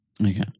Okay